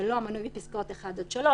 שלא מנוי בפסקאות (1) עד (3),